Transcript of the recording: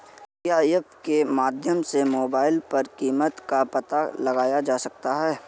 क्या ऐप के माध्यम से मोबाइल पर कीमत का पता लगाया जा सकता है?